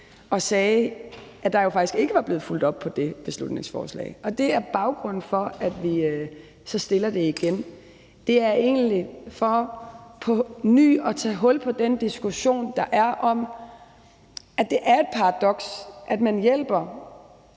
og sagde, at der jo faktisk ikke var blevet fulgt op på det beslutningsforslag, og det er baggrunden for, at vi har fremsat det igen. Det er egentlig for på ny at tage hul på diskussionen om, at det er et paradoks, at man hjælper